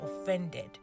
offended